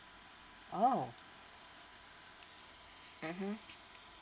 oh mmhmm